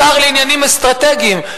השר לעניינים אסטרטגיים,